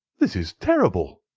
this is terrible!